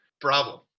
problem